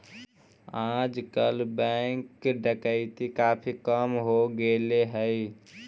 आजकल बैंक डकैती काफी कम हो गेले हई